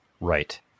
right